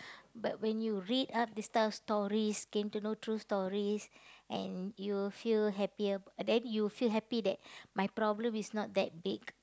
but when you read up these type of stories came to know true stories and you will feel happier then you will feel happy that my problem is not that big